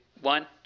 one